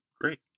Great